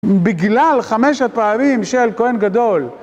בגלל חמש הפערים של כהן גדול.